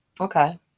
okay